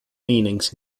meanings